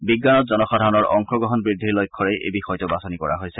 বিজ্ঞানত জনসাধাৰণৰ অংশগ্ৰহণ বৃদ্ধিৰ লক্ষ্যৰেই এই বিষয়টো বাছনি কৰা হৈছে